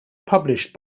published